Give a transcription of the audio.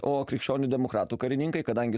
o krikščionių demokratų karininkai kadangi